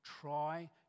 try